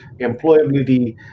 Employability